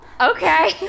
Okay